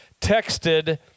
texted